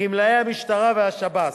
גמלאי המשטרה והשב"ס,